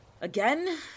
Again